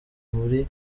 muri